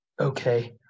okay